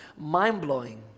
mind-blowing